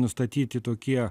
nustatyti tokie